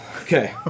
Okay